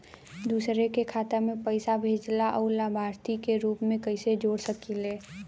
दूसरे के खाता में पइसा भेजेला और लभार्थी के रूप में कइसे जोड़ सकिले?